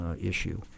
issue